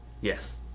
yes